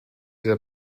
der